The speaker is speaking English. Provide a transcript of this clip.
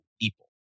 people